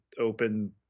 open